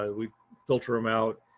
um we filter them out,